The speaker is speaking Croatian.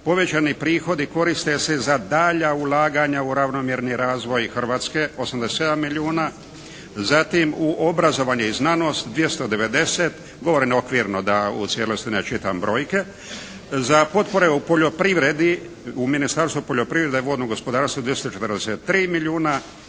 povećani prihodi koriste se za dalja ulaganja u ravnomjerni razvoj Hrvatske 87 milijuna, zatim u obrazovanje i znanost 290, govorim okvirno da u cijelosti ne čitam brojke. Za potpore u poljoprivredi u Ministarstvu poljoprivrede, vodnog gospodarstva 243 milijuna